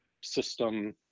system